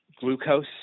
glucose